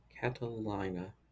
Catalina